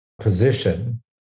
position